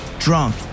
Drunk